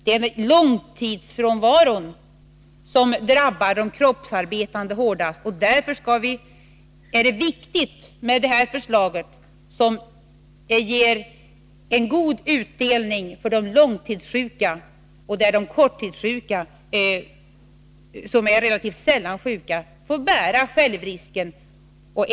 Det är långtidsfrånvaron som drabbar de kroppsarbetande hårdast. Därför är det viktigt med detta förslag, som ger en god utdelning för de långtidssjuka, medan de korttidssjuka, som relativt sällan är sjuka, får bära självrisken.